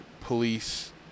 police